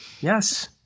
Yes